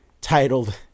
titled